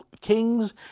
kings